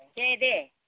दे दे